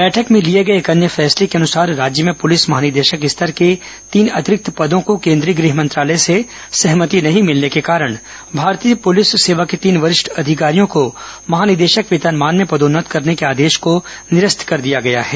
बैठक में लिए गए अन्य फैसले के अनुसार राज्य में पुलिस महानिदेशक स्तर के तीन अतिरिक्त पदों को केन्द्रीय गृह मंत्रालय से सहमति नहीं मिलने के कारण भारतीय पुलिस सेवा के तीन वरिष्ठ अधिकारियों को महानिदेशक वेतनमान में पदोन्नत करने के आदेश को निरस्त कर दिया गया है